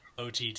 OTT